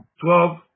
Twelve